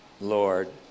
Lord